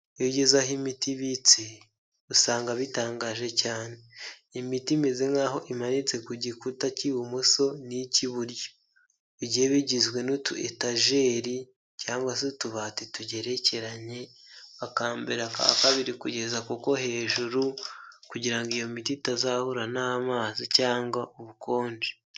Iyo ugeze aho imiti ibitse, usanga bitangaje cyane. Imiti imeze nkaho imanitse ku gikuta cy'ibumoso ni icy'iburyo, bigiye bigizwe nutu etajeri cyangwa se utubati tugerekeranye, aka mbere, aka kabiri kugeza kuko hejuru kugira ngo iyo miti itazahurarana n'amazi cyangwa ubukonje.